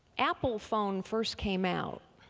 apple phone first came out,